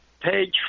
page